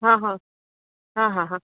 હં હં હા હા હા